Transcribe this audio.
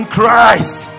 Christ